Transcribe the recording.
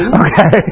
okay